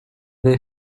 they